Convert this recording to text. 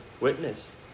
witness